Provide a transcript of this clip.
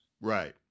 Right